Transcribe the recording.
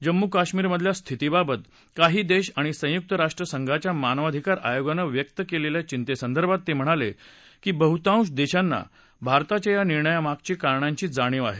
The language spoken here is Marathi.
जम्मू कश्मीरमधल्या स्थितीबाबत काही देश आणि संयुक्त राष्ट्र संघाच्या मानवाधिकार आयोगानं व्यक्त केलेल्या चिंतेसंदर्भात ते म्हणाले कि बहुतांश देशांना भारताच्या या निर्णयामागच्या कारणांची जाणीव आहे